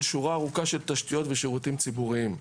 שורה ארוכה של תשתיות ושירותים ציבוריים.